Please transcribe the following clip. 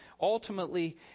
ultimately